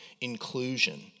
inclusion